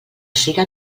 siga